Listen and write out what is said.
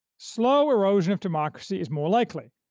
slow erosion of democracy is more likely,